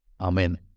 Amen